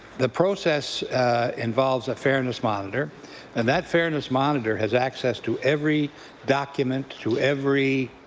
the process involves a fairness monitor and that fairness monitor has access to every document, to every